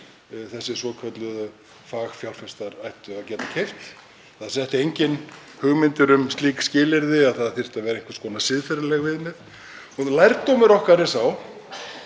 þessir svokölluðu fagfjárfestar ættu að geta keypt fyrir. Það setti enginn hugmyndir um slík skilyrði, að það þyrftu að vera einhvers konar siðferðileg viðmið. Lærdómur okkar sem